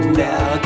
now